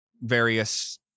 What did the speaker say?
various